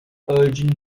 urging